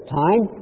time